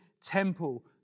temple